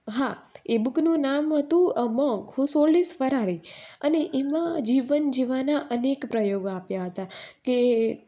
હા એ બુકનું નામ હતું a monk who sold his Ferrari અને એમાં જીવન જીવવાના અનેક પ્રયોગો આપ્યા હતા કે